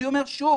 אני אומר שוב